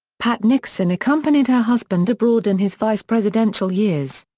pat nixon accompanied her husband abroad in his vice presidential years.